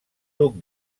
duc